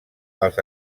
els